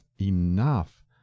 enough